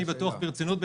אני בטוח ברצינות,